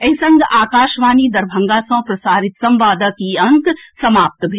एहि संग आकाशवाणी दरभंगा सँ प्रसारित संवादक ई अंक समाप्त भेल